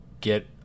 get